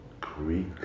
Greek